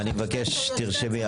אני מבקש, תירשמי.